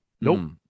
nope